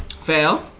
Fail